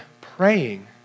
praying